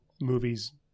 movies